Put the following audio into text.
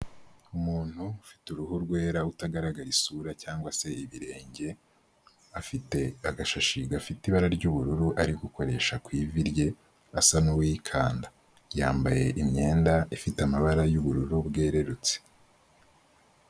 Umuntu ufite uruhu rwera utagaragara isura cyangwa se ibirenge, afite agashashi gafite ibara ry'ubururu arigukoresha ku ivi rye asa n'uwikanda. Yambaye imyenda ifite amabara y'ubururu bwererutse.